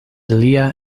lia